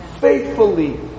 faithfully